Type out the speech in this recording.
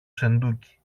σεντούκι